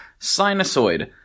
Sinusoid